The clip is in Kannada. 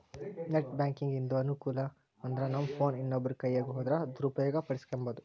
ನೆಟ್ ಬ್ಯಾಂಕಿಂಗಿಂದು ಅನಾನುಕೂಲ ಅಂದ್ರನಮ್ ಫೋನ್ ಇನ್ನೊಬ್ರ ಕೈಯಿಗ್ ಹೋದ್ರ ದುರುಪಯೋಗ ಪಡಿಸೆಂಬೋದು